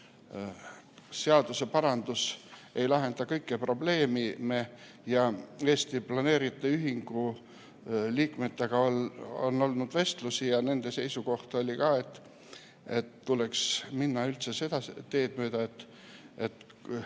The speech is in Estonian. seaduseparandus ei lahenda kõiki probleeme, ning Eesti Planeerijate Ühingu liikmetega on olnud vestlusi ja nende seisukoht oli ka, et tuleks minna üldse seda teed, et